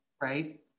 right